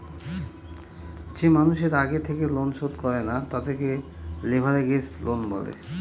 যে মানুষের আগে থেকে লোন শোধ করে না, তাদেরকে লেভেরাগেজ লোন বলে